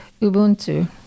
Ubuntu